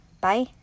Bye